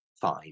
five